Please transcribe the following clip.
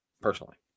personally